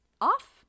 off